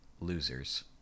losers